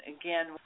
again